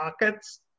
pockets